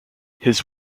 his